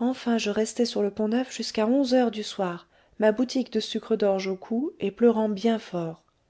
enfin je restais sur le pont-neuf jusqu'à onze heures du soir ma boutique de sucre d'orge au cou et pleurant bien fort